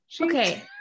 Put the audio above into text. Okay